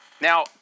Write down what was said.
Now